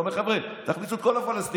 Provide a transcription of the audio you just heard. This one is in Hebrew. הוא אומר: חבר'ה, תכניסו את כל הפלסטינים,